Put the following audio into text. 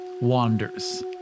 wanders